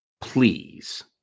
Please